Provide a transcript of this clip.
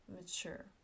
mature